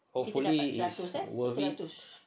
hopefully it's worth it